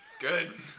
Good